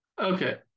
Okay